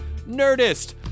Nerdist